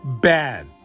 bad